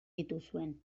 dituzuen